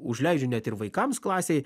užleidžiu net ir vaikams klasėj